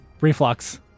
reflux